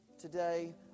today